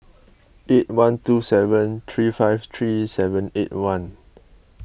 eight one two seven three five three seven eight one